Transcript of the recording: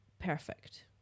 perfect